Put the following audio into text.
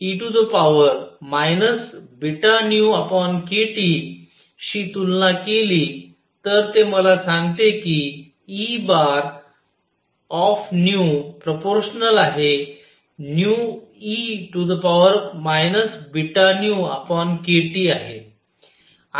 जर मी ह्याची 8π3c3e βνkTशी तुलना केली तर ते मला सांगते की E∝νe βνkTआहे